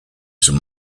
some